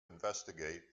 investigate